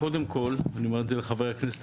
אני אומר את זה לחברי הכנסת,